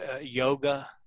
yoga